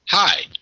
Hi